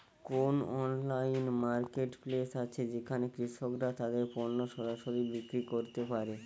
কোন online marketplace আছে যেখানে কৃষকরা তাদের পণ্য সরাসরি বিক্রি করতে পারে?